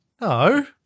No